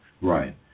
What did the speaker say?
Right